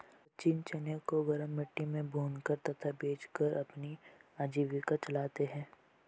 सचिन चने को गरम मिट्टी में भूनकर तथा बेचकर अपनी आजीविका चलाते हैं